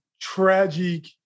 tragic